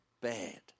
bad